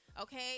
Okay